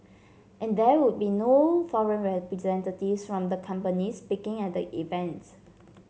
and there would be no foreign representatives from the companies speaking at the event